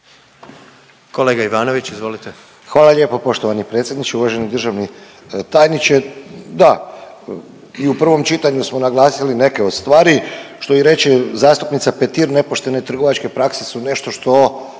**Ivanović, Goran (HDZ)** Hvala lijepo poštovani predsjedniče. Uvaženi državni tajniče, da i u prvom čitanju smo naglasili neke od stvari što i reče zastupnica Petir, nepoštene trgovačke prakse su nešto što